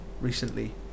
recently